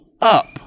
up